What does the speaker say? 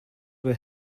were